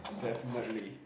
definitely